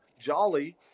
Jolly